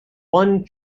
one